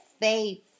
faith